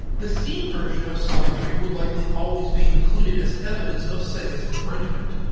the steam version of sonic three would likely always be included as evidence of sega's infringement.